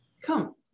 Come